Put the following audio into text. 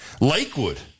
Lakewood